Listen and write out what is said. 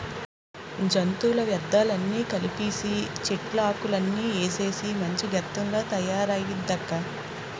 జంతువుల వ్యర్థాలన్నీ కలిపీసీ, చెట్లాకులన్నీ ఏసేస్తే మంచి గెత్తంగా తయారయిందక్కా